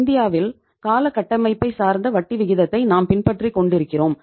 இந்தியாவில் கால கட்டமைப்பைச் சார்ந்த வட்டி விகிதத்தை நாம் பின்பற்றிக் கொண்டிருக்கிறோம்